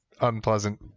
unpleasant